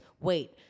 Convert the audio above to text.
Wait